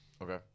Okay